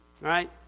Right